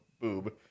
boob